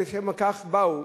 ולשם כך הם באו.